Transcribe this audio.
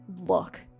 look